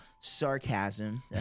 sarcasm